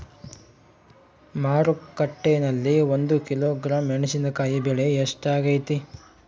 ಮಾರುಕಟ್ಟೆನಲ್ಲಿ ಒಂದು ಕಿಲೋಗ್ರಾಂ ಮೆಣಸಿನಕಾಯಿ ಬೆಲೆ ಎಷ್ಟಾಗೈತೆ?